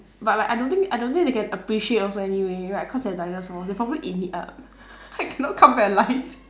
but like I don't think I don't think they can appreciate also anyway right cause they're dinosaurs they're probably eat me up I cannot come back alive